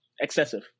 excessive